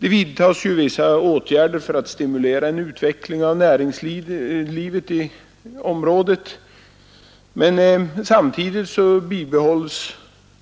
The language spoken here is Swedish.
Det vidtas ju vissa åtgärder för att stimulera en utveckling av näringslivet i området, men samtidigt bibehålls